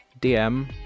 DM